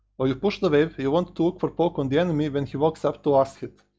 while you push the wave, you want to look for poke on the enemy when he walks up to last hit.